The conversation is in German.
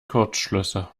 kurzschlüsse